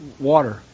water